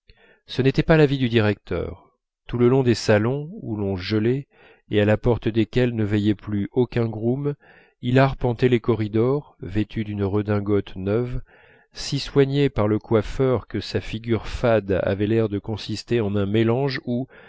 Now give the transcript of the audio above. ce n'était pas l'avis du directeur tout le long des salons où l'on gelait et à la porte desquels ne veillait plus aucun groom il arpentait les corridors vêtu d'une redingote neuve si soigné par le coiffeur que sa figure fade avait l'air de consister en un mélange où